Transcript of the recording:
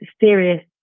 serious